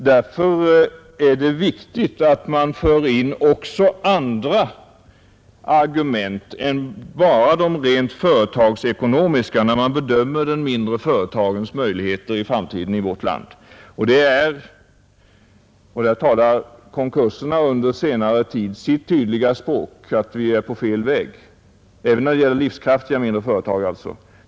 Därför är det viktigt att man för in också andra argument än bara de rent företagsekonomiska när man bedömer de mindre företagens möjligheter i vårt land i framtiden. Konkurserna under senare tid talar sitt tydliga språk om att vi är på fel väg, när även livskraftiga mindre företag drabbas.